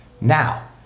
Now